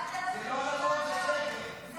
זה לא נכון, זה שקר.